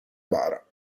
bara